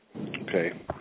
Okay